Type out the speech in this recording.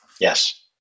Yes